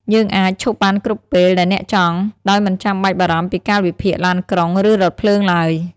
យើងអាច ឈប់បានគ្រប់ពេលដែលអ្នកចង់ ដោយមិនចាំបាច់បារម្ភពីកាលវិភាគឡានក្រុង ឬរថភ្លើងឡើយ។